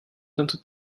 tanto